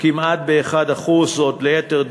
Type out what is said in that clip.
כמעט ב-1%, או ליתר דיוק: